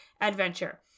adventure